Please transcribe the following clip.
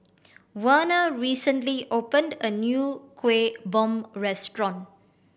Werner recently opened a new Kueh Bom restaurant